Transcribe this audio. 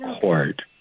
court